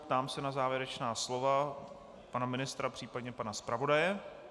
Ptám se na závěrečná slova pana ministra, případně pana zpravodaje.